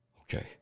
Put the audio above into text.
okay